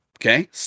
Okay